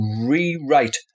rewrite